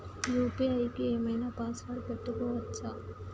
UPI కి ఏం ఐనా పాస్వర్డ్ పెట్టుకోవచ్చా?